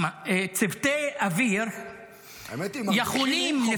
האמת היא שמרוויחים מחוק טיבי.